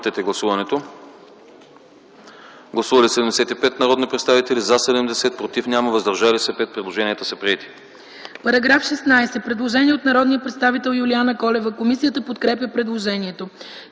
По § 16 има предложение от народния представител Юлиана Колева. Комисията подкрепя предложението.